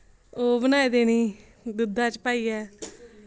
ओह् बनाई देनी दूधा च पाईऐ